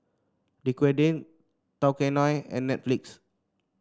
Dequadin Tao Kae Noi and Netflix